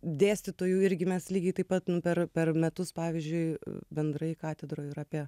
dėstytojų irgi mes lygiai taip pat nu per per metus pavyzdžiui bendrai katedroj yra apie